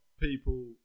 people